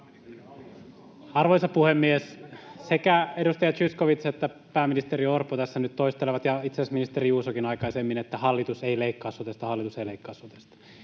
Arvoisa puhemies! Sekä edustaja Zyskowicz että pääministeri Orpo tässä nyt toistelevat — ja itse asiassa ministeri Juusokin aikaisemmin — että hallitus ei leikkaa sotesta,